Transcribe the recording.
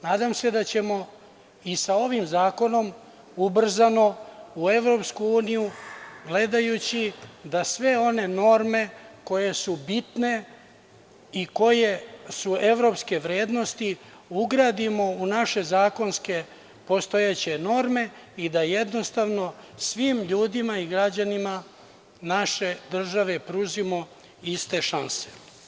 Nadam se da ćemo i sa ovim zakonom ubrzano u EU, gledajući da sve one norme koje su bitne i koje su evropske vrednosti ugradimo u naše zakonske postojeće norme i da jednostavno svim ljudima i građanima naše države pružimo iste šanse.